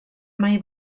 mai